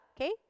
okay